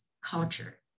culture